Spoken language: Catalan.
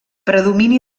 predomini